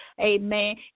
Amen